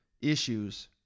issues